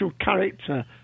character